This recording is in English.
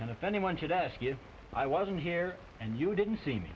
and if anyone should ask if i wasn't here and you didn't see